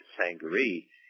sangaree